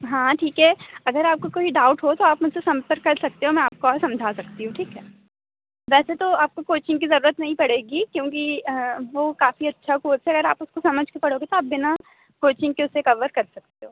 हाँ ठीक है अगर आपको कोई डाउट हो तो आप मुझसे संपर्क कर सकते हो मैं आपको और समझा सकती हूँ ठीक है वैसे तो आपको कोचिंग की ज़रूरत नहीं पड़ेगी क्योंकि वो काफ़ी अच्छा कोर्स है अगर आप उसको समझ कर पढ़ोगे तो आप बिना कोचिंग के उसे कवर कर सकते हो